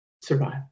survive